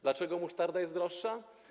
Dlaczego musztarda jest droższa?